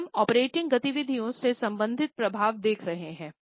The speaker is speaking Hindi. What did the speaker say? अभी हम ऑपरेटिंग गतिविधियों से संबंधित प्रभाव देख रहे हैं